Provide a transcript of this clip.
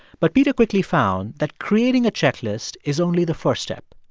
but peter quickly found that creating a checklist is only the first step.